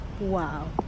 wow